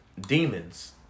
demons